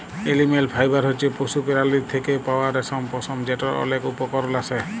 animal fibre হছে পশু পেরালীর থ্যাকে পাউয়া রেশম, পশম যেটর অলেক উপকরল আসে